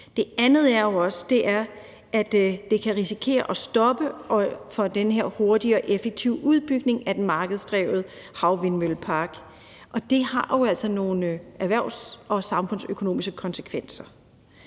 Det andet er, at man kan risikere, at det sætter en stopper for den her hurtige og effektive udbygning af de markedsdrevne havvindmølleparker, og det har jo altså nogle erhvervs- og samfundsøkonomiske konsekvenser.